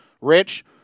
Rich